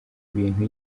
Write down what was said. ibintu